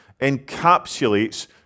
encapsulates